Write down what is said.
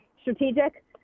strategic